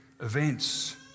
events